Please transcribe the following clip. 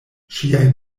ŝiaj